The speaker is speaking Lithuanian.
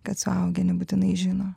kad suaugę nebūtinai žino